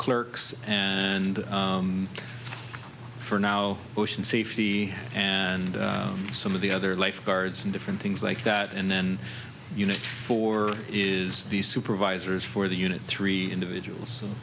clerks and for now ocean safety and some of the other lifeguards and different things like that and then you know four is the supervisors for the unit three individuals